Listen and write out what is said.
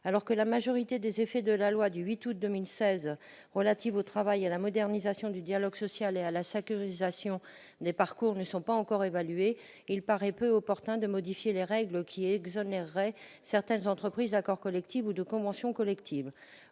Alors que la majorité des effets de la loi du 8 août 2016 relative au travail, à la modernisation du dialogue social et à la sécurisation des parcours professionnels ne sont pas encore évalués, il paraît peu opportun de modifier les règles qui exonéreraient certaines entreprises d'accords collectifs ou de conventions collectives.